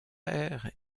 ère